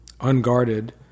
unguarded